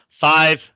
Five